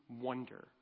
wonder